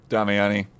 Damiani